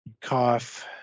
cough